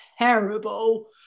terrible